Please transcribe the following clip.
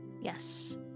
Yes